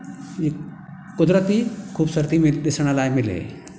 कुदरती ख़ूबसूरती ॾिसण लाइ मिले